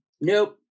Nope